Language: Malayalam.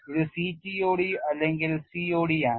ഇത് CTOD or COD ആണ്